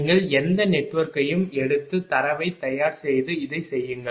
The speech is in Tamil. நீங்கள் எந்த நெட்வொர்க்கையும் எடுத்து தரவை தயார் செய்து இதை செய்யுங்கள்